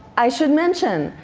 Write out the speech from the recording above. i should mention,